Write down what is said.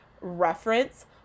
reference